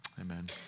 Amen